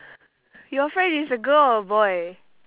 your friend is a girl or a boy